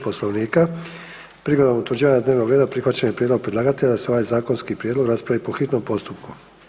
Poslovnika prigodom utvrđenja dnevnog reda prihvaćen je prijedlog predlagatelja da se ovaj zakonski prijedlog raspravi po hitnom postupku.